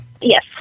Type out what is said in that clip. Yes